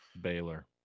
baylor